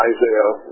Isaiah